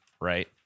right